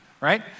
right